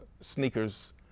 sneakers